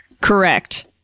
Correct